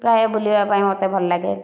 ପ୍ରାୟ ବୁଲିବା ପାଇଁ ମତେ ଭଲ ଲାଗେ